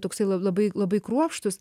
toksai labai labai kruopštūs